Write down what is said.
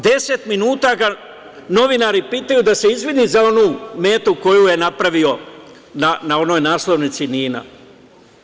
Deset minuta ga novinari pitaju da se izvine za onu metu koju je napravio na onoj naslovnici NIN-a.